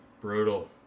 brutal